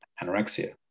anorexia